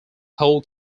whole